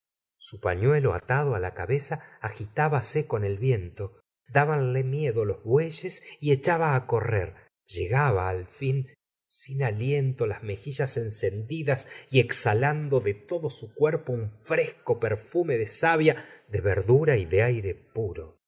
su pafiuelo atado la cabeza agitábase con el viento dábanle miedo los bueyes y echaba correr llegaba al fin sin aliento las mejillas encendidas y exhalando de todo su cuerpo un fresco perfume de savia de verdura y de aire puro